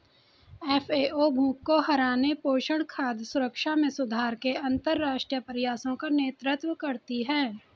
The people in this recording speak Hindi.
एफ.ए.ओ भूख को हराने, पोषण, खाद्य सुरक्षा में सुधार के अंतरराष्ट्रीय प्रयासों का नेतृत्व करती है